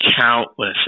countless